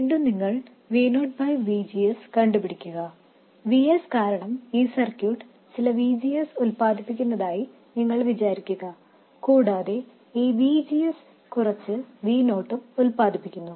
വീണ്ടും നിങ്ങൾ Vo VGS കണ്ടുപിടിക്കുക Vs കാരണം ഈ സർക്യൂട്ട് ചില VGS ഉൽപാദിപ്പിക്കുന്നതായി നിങ്ങൾ വിചാരിക്കുക കൂടാതെ ഈ VGS കുറച്ച് Vo ഉൽപാദിപ്പിക്കുന്നു